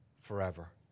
forever